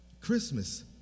Christmas